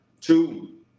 Two